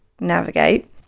navigate